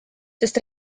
sest